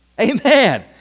Amen